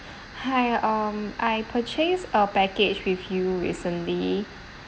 hi um I purchase a package with you recently